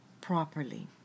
properly